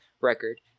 record